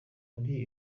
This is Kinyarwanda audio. muri